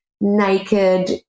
naked